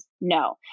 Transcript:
No